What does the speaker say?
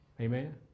Amen